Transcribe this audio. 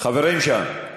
חברים שם,